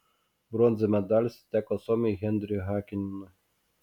bronzos medalis atiteko suomiui henriui hakinenui